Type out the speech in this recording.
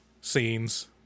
scenes